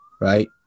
right